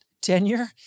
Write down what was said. tenure